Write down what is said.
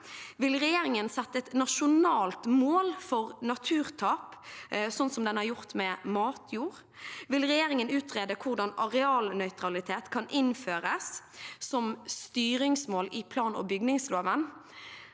Vil regjeringen sette et nasjonalt mål for naturtap, sånn som den har gjort med matjord? Vil regjeringen utrede hvordan arealnøytralitet kan innføres som styringsmål i plan- og bygningsloven?